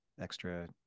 extra